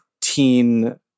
teen